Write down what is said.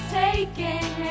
taking